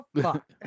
Fuck